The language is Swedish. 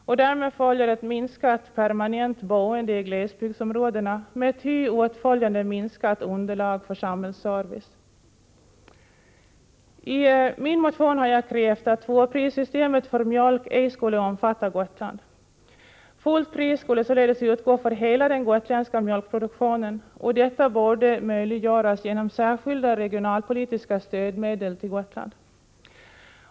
Och därmed följer ett minskat permanent boende i glesbygdsområdena med ty åtföljande minskat underlag för samhällsservice. I min motion har jag krävt att tvåprissystemet för mjölk ej skulle omfatta Gotland. Fullt pris skulle således utgå för hela den gotländska mjölkproduktionen, och detta borde möjliggöras genom särskilda regionalpolitiska stödmedel till Gotland.